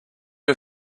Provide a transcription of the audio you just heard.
are